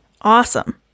Awesome